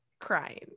crying